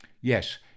yes